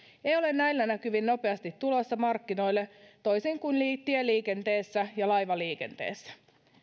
ei ole näillä näkymin nopeasti tulossa markkinoille toisin kuin tieliikenteessä ja laivaliikenteessä